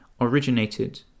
originated